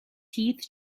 teeth